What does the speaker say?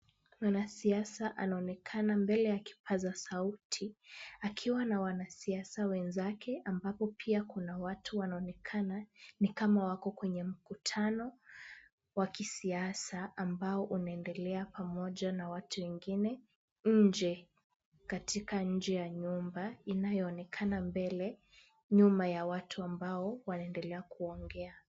Mwanasiasa anaonekana mbele ya kipaza sauti akiwa na wanasiasa wenzake ambapo pia kuna watu wanaonekana ni kama wako kwenye mkutano wa kisiasa ambao unaendelea pamoja na watu wengine nje katika nje ya nyumba inayoonekana mbele nyuma ya watu ambao wanaendelea kuongea.